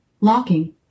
Locking